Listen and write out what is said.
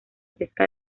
pesca